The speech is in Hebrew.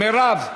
מרב?